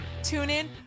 TuneIn